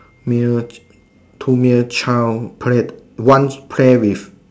male two male child play one play with